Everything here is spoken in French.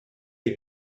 les